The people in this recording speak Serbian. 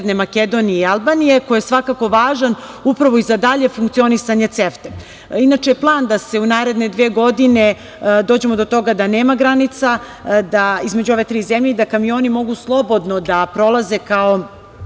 Makedonije i Albanije koji je svakako važan upravo i za dalje funkcionisanje CEFTA.Inače, plan da se u naredne dve godine dođemo do toga da nema granica između ove tri zemlje i da kamioni mogu slobodno da prolaze, kao